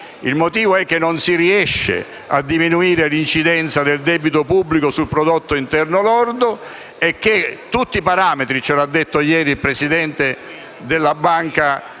il motivo è che non si riesce a diminuire l'incidenza del debito pubblico sul prodotto interno lordo e che tutti i parametri - l'ha detto ieri il Presidente della Bundesbank,